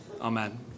Amen